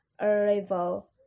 arrival